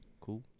cool